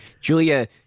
Julia